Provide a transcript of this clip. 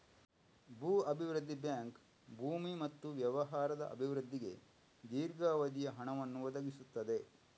ಭೂ ಅಭಿವೃದ್ಧಿ ಬ್ಯಾಂಕ್ ಭೂಮಿ ಮತ್ತು ವ್ಯವಹಾರದ ಅಭಿವೃದ್ಧಿಗೆ ದೀರ್ಘಾವಧಿಯ ಹಣವನ್ನು ಒದಗಿಸುತ್ತದೆ